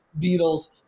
Beatles